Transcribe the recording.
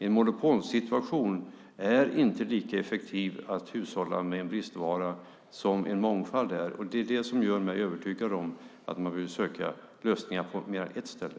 Ett monopol är inte lika effektivt att hushålla med en bristvara som en mångfald är. Det är det som gör mig övertygad om att man behöver söka lösningar på mer än ett ställe.